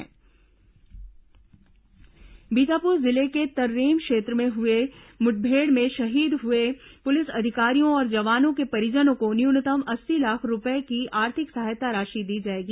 शहीद जवान आर्थिक सहायता बीजापुर जिले के तर्रेम क्षेत्र में हुई मुठभेड़ में शहीद हुए पुलिस अधिकारियों और जवानों के परिजनों को न्यूनतम अस्सी लाख रूपये की आर्थिक सहायता राशि दी जाएगी